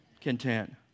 Content